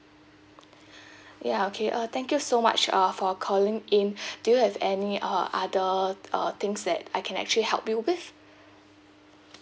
ya okay uh thank you so much uh for calling in do you have any uh other uh things that I can actually help you with